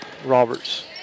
Roberts